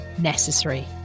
necessary